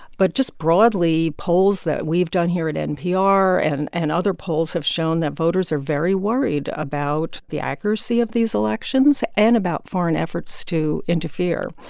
but just broadly, polls that we've done here at npr and and other polls have shown that voters are very worried about the accuracy of these elections and about foreign efforts to interfere.